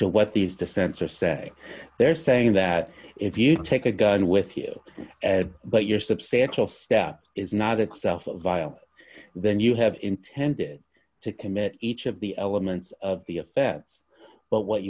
to what these to censor say they're saying that if you take a gun with you but your substantial step is not excel for violence then you have intended to commit each of the elements of the offense but what